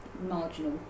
Marginal